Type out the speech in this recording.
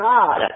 God